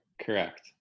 Correct